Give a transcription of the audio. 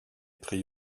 prix